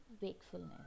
wakefulness